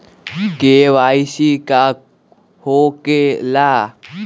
KYC का हो के ला?